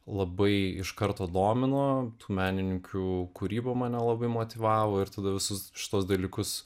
labai iš karto domino tų menininkių kūryba mane labai motyvavo ir tada visus šituos dalykus